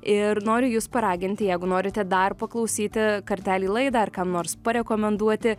ir noriu jus paraginti jeigu norite dar paklausyti kartelį laidą ar kam nors parekomenduoti